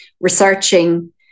researching